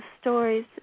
stories